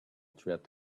threat